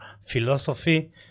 philosophy